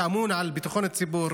שאמון על ביטחון הציבור,